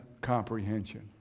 comprehension